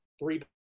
three